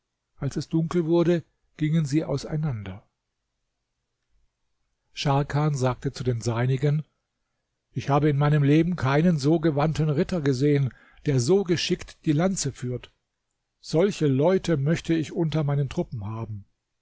als es dunkel wurde gingen sie auseinander scharkan sagte zu den seinigen ich habe in meinem leben keinen so gewandten ritter gesehen der so geschickt die lanze führt solche leute möchte ich unter meinen truppen haben